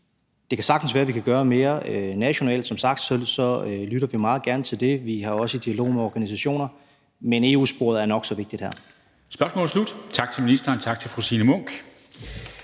Det kan sagtens være, at vi kan gøre mere nationalt, og som sagt lytter vi meget gerne til det, vi er også i dialog med organisationer, men EU-sporet er nok så vigtigt her. Kl. 14:23 Formanden (Henrik Dam Kristensen):